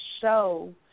show